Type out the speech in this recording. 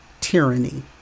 tyranny